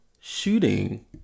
shooting